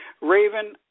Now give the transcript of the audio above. Raven